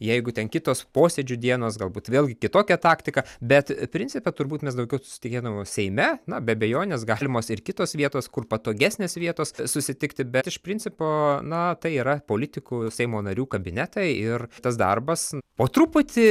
jeigu ten kitos posėdžių dienos galbūt vėlgi kitokią taktiką bet principe turbūt mes daugiau susiliedamos seime na be abejonės galimos ir kitos vietos kur patogesnės vietos susitikti bet iš principo na tai yra politikų seimo narių kabinetai ir tas darbas po truputį